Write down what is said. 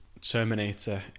Terminator